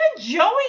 joey